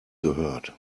gehört